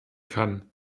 kann